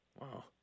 Wow